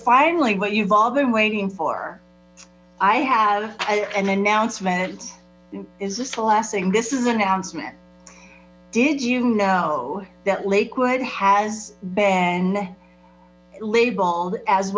finally what you've all been waiting for i have an announcement is this the last thing this is announcement did you know that lakewood has been labeled as